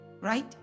Right